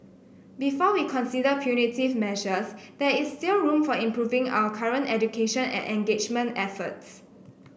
before we consider punitive measures there is still room for improving our current education and engagement efforts